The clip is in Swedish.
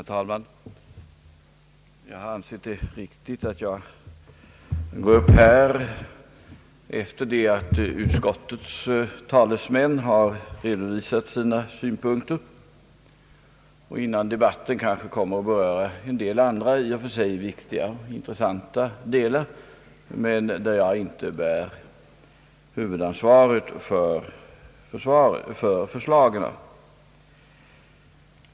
Herr talman! Jag har ansett det riktigt att gå upp här efter det att utskottets talesman har redovisat sina synpunkter och innan debatten kanske kommer att röra andra i och för sig viktiga och intressanta delar av förslagen som jag emellertid inte bär huvudansvaret för.